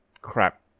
crap